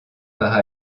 par